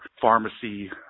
pharmacy